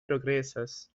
progresas